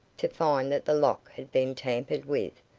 to find that the lock had been tampered with,